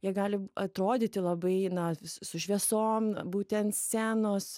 jie gali atrodyti labai na s su šviesom būti ant senos